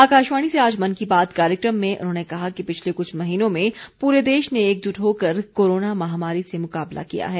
आकाशवाणी से आज मन की बात कार्यक्रम में उन्होंने कहा कि पिछले कुछ महीनों में पूरे देश ने एकजुट होकर कोरोना महामारी से मुकाबला किया है